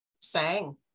sang